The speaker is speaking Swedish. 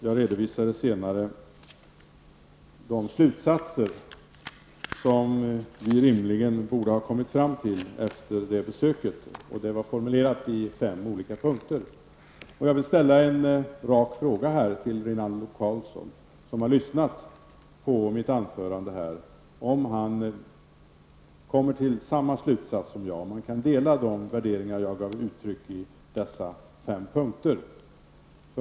Jag redovisade senare, i fem olika punkter, de slutsatser som vi rimligen borde ha kommit fram till efter det besöket. Jag vill fråga Rinaldo Karlsson, som har lyssnat till mitt anförande, om han kommer till samma slutsats som jag, om han kan dela de värderingar som jag gav uttryck för i dessa fem punkter.